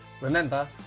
remember